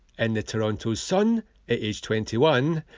and the toronto sun at age twenty one,